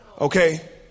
Okay